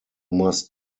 must